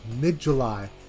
mid-July